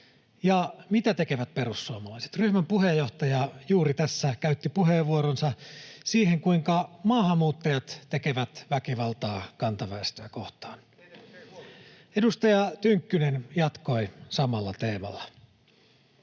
mitä tekevät perussuomalaiset? Ryhmän puheenjohtaja juuri tässä käytti puheenvuoronsa siihen, kuinka maahanmuuttajat tekevät väkivaltaa kantaväestöä kohtaan. [Jani Mäkelä: Teitäkö se ei